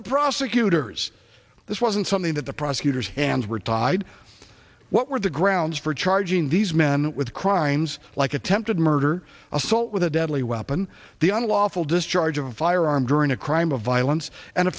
the prosecutors this wasn't something that the prosecutor's hands were tied what were the grounds for charging these men with crimes like attempted murder assault with a deadly weapon the unlawful discharge of a firearm during a crime of violence and